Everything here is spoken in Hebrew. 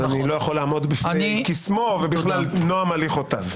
אז אני לא יכול לעמוד בפני קסמו ונועם הליכותיו.